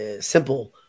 simple